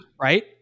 Right